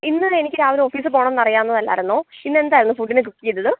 ഇന്ന് എനിക്ക് രാവിലെ ഓഫിസിൽ പോകണമെന്ന് അറിയാവുന്നതല്ലായിരുന്നോ പിന്നെന്തായിരുന്നു ഫുഡിനു ബുക്ക് ചെയ്തത്